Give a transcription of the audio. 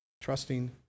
trusting